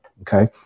okay